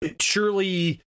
surely